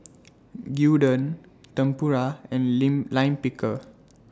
Gyudon Tempura and Lime Pickle